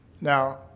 Now